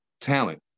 talent